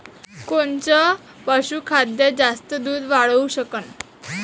कोनचं पशुखाद्य जास्त दुध वाढवू शकन?